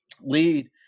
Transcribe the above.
lead